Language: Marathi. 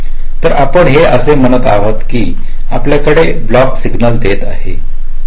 तर आपण हे असे म्हणत आहोत की आपल्याकडे ब्लॉग सिग्नल देत आहे